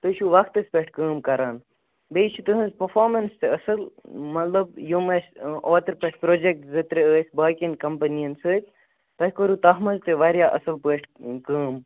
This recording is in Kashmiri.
تُہۍ چھو وَقتس پیٹھ کٲم کَران بییٛہِ چھِ تُہنز پرفارمنس تہِ اصل مطلب یِم اَسہِ اوترٕ پیٹھ پروجکٹ زٕ ترٛےٚ ٲسۍ باقِٮ۪ن کَمپٔنِین سۭتۍ تۄہہِ کٔرو تتھ منز تہِ واریاہ اصل پٲٹھۍ کٲم